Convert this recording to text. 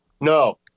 No